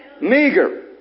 Meager